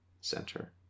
center